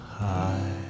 high